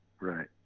right